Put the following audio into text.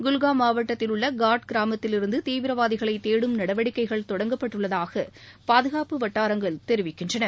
குல்காம் மாவட்டத்தில் உள்ள காட் கிராமத்தில் இருந்து தீவிரவாதிகளை தேடும் நடவடிக்கைகள் தொடங்கப்பட்டுள்ளதாக பாதுகாப்பு வட்டாரங்கள் தெரிவிக்கின்றன